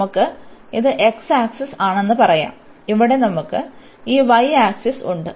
നമുക്ക് ഇത് x axis ആണെന്ന് പറയാം ഇവിടെ നമുക്ക് ഈ y ആക്സിസ് ഉണ്ട്